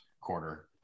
quarter